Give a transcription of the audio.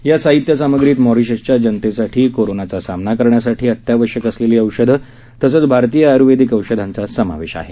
या साहित्य सामूग्रीत मॉरिशसच्या जनतेसाठी कोरोनाचा सामना करण्यासाठी अत्यावश्यक असलेली औषधं तसच भारतीय आयुर्वेदिक औषधांचा समावेश आहे